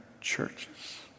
churches